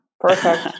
perfect